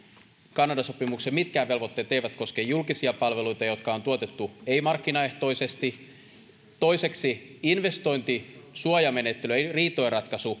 kanada sopimuksen velvoitteet eivät koske julkisia palveluita jotka on tuotettu ei markkinaehtoisesti toiseksi investointisuojamenettelyjen riitojen